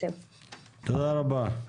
תודה רבה.